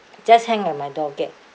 just hang on my door gate